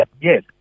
Yes